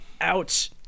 ouch